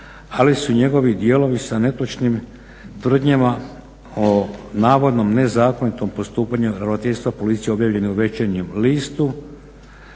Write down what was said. ali su njegovi dijelovi sa netočnim tvrdnjama o navodnom nezakonitom postupanju ravnateljstva policije objavljenom u Večernjem listu.